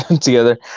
together